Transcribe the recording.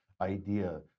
idea